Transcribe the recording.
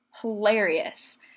hilarious